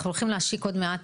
אנחנו הולכים להשיק עוד מעט,